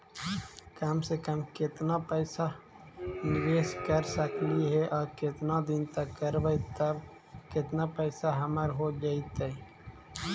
कम से कम केतना पैसा निबेस कर सकली हे और केतना दिन तक करबै तब केतना पैसा हमर हो जइतै?